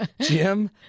Jim